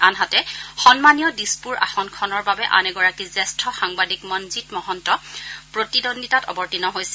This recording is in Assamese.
আনহাতে সন্মানীয় দিছপুৰ আসনখনৰ বাবে আন এগৰাকী জ্যেষ্ঠ সাংবাদিক মনজিৎ মহন্ত প্ৰতিদ্বন্দ্বিতাত অৱতীৰ্ণ হৈছে